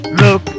look